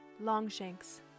Longshanks